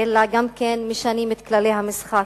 אלא גם משנים את כללי המשחק,